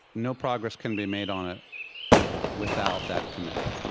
no progress can be made on it without that commitment.